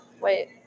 Wait